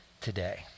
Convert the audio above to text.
today